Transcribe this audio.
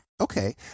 Okay